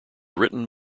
written